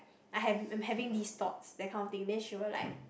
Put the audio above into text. I have I'm having these thoughts that kind of thing then she will like